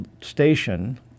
station